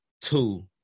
two